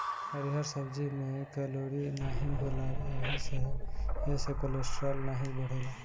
हरिहर सब्जी में कैलोरी नाही होला एही से एसे कोलेस्ट्राल नाई बढ़ेला